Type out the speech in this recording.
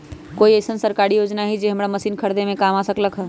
कोइ अईसन सरकारी योजना हई जे हमरा मशीन खरीदे में काम आ सकलक ह?